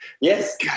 Yes